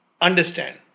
understand